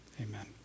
Amen